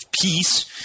peace